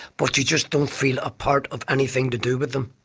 but you just don't feel a part of anything to do with them.